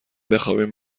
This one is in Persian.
بخوابیم